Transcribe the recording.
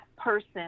Person